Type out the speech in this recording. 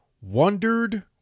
Wondered